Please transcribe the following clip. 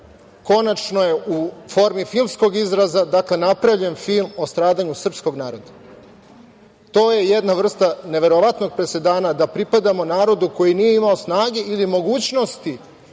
konačno je u formi filmskog izraza napravljen film o stradanju srpskog naroda. To je jedna vrsta neverovatnog presedana da pripadamo narodu koji nije imao snage ili mogućnosti